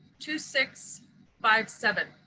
two six five seven.